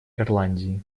ирландии